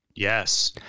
Yes